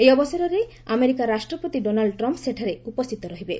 ଏହି ଅବସରରେ ଆମେରିକା ରାଷ୍ଟ୍ରପତି ଡୋନାଲ୍ଚ ଟ୍ରମ୍ପ୍ ସେଠାରେ ଉପସ୍ଥିତ ରହିବେ